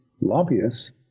lobbyists